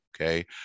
okay